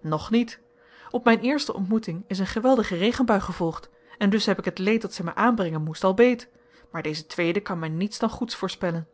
nog niet op mijn eerste ontmoeting is een geweldige regenbui gevolgd en dus heb ik het leed dat zij mij aanbrengen moest al beet maar deze tweede kan mij niets dan goeds voorspellen